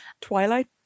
Twilight